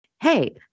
Hey